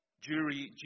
jury